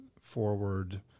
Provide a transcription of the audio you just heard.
forward